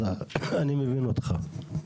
אז אני מבין אותך.